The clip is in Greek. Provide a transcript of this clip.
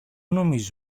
νομίζεις